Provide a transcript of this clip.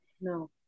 No